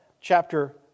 chapter